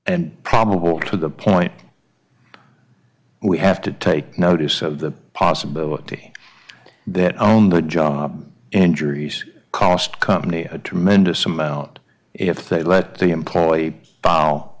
and probable to the point we have to take notice of the possibility that owned that job injuries cost company a tremendous amount if they let the employee